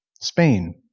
Spain